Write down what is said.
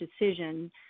decision